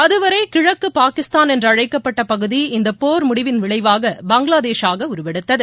அதுவரை கிழக்கு பாகிஸ்தான் என்று அழைக்கப்பட்ட பகுதி இந்த போா் முடிவின் விளைவாக பங்களாதேஷாக உருவெடுத்தது